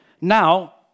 Now